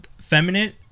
feminine